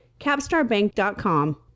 capstarbank.com